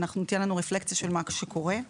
שייתן לנו רפלקציה של מה שקורה.